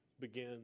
begin